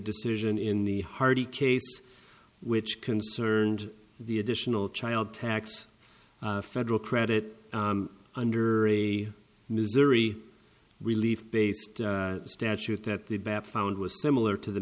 decision in the harty case which concerned the additional child tax federal credit under a missouri relief based statute that the batf found was similar to the